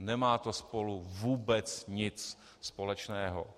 Nemá to spolu vůbec nic společného.